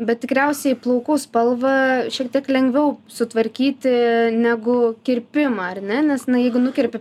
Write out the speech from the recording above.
bet tikriausiai plaukų spalvą šiek tiek lengviau sutvarkyti negu kirpimą ar ne nes jeigu nukerpi